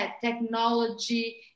technology